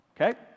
okay